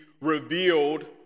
revealed